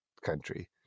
country